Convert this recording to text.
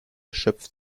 schöpft